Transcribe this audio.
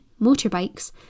motorbikes